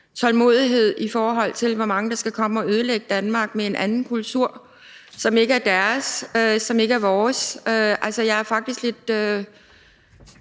tålmodighed, i forhold til hvor mange der skal komme og ødelægge Danmark med en anden kultur, som ikke er vores? Nu kom det da i hvert fald